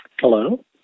Hello